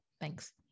Thanks